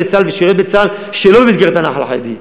בצה"ל ושירתו בצה"ל שלא במסגרת הנח"ל החרדי.